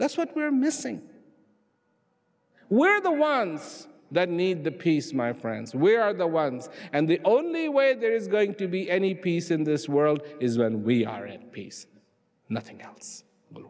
that's what we are missing we're the ones that need the peace my friends we're are the ones and the only way there is going to be any peace in this world is when we are in peace nothing else